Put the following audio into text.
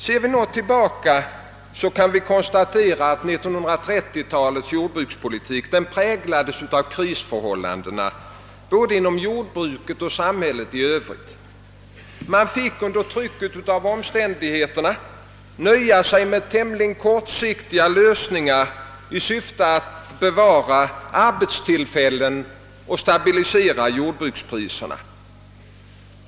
Ser vi tillbaka kan vi konstatera att 1930-taiets jordbrukspolitik präglades av krisförhållandena både inom jordbruket och samhället i övrigt. Man fick under trycket av omständigheterna nöja sig med tämligen kortsiktiga lösningar i syfte att bevara arbetstillfällen och stabilisera jordbrukspriserna.